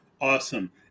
Awesome